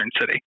city